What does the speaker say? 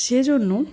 সে জন্য